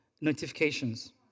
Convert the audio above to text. notifications